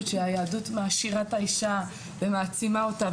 שהיהדות מעשירה את האישה ומעצימה אותה,